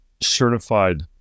certified